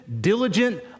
diligent